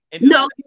No